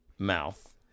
mouth